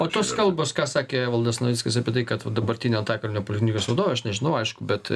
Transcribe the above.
o tos kalbos ką sakė evaldas navickas apie tai kad dabartinė antakalnio poliklinikos vadovė aš nežinau aišku bet